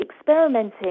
experimenting